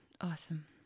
Awesome